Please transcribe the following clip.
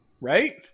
Right